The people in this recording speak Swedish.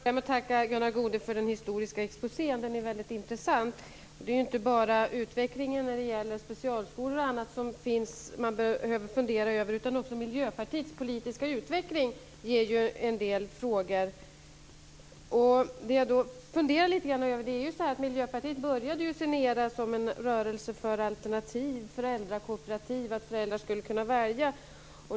Herr talman! Jag vill börja med att tacka Gunnar Goude för den historiska exposén. Den är väldigt intressant. Det är inte bara utvecklingen när det gäller specialskolor och annat som man behöver fundera över, utan också Miljöpartiets politiska utveckling ger en del frågor. Miljöpartiet började ju sin era som en rörelse för alternativ och föräldrakooperativ, för att föräldrar skulle kunna välja.